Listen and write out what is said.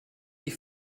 die